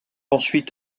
ensuite